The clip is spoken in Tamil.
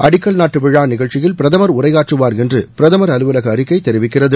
அடிக்கல் நாட்டு விழா நிகழ்ச்சியில் பிரதமா் உரையாற்றுவார் என்று பிரதமா் அலுவலக அறிக்கை தெரிவிக்கிறது